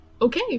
okay